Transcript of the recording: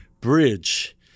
bridge